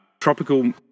tropical